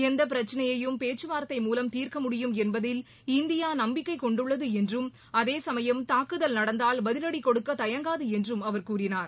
எந்த பிரச்சினையையும் பேச்சுவார்தை மூலம் தீர்க்க முடியும் என்பதில் இந்தியா நம்பிக்கைக் கொண்டுள்ளது என்றும் அதேசமயம் தாக்குதல் நடந்தால் பதிலடி கொடுக்க தயங்காது என்றும் அவர் கூறினார்